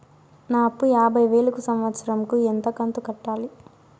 నా అప్పు యాభై వేలు కు సంవత్సరం కు ఎంత కంతు కట్టాలి?